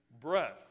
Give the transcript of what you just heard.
breath